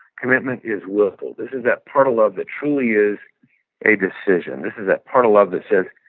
commitment is willful. this is that part of love that truly is a decision. this is that part of love that says,